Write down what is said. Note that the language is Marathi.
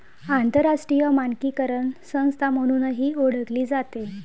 आंतरराष्ट्रीय मानकीकरण संस्था म्हणूनही ओळखली जाते